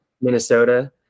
Minnesota